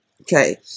Okay